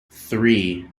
three